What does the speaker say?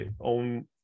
own